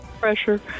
Pressure